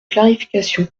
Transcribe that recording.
clarification